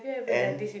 and